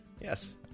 Yes